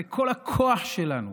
הרי כל הכוח שלנו